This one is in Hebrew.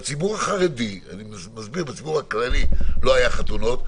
בציבור הכללי לא היו חתונות.